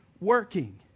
working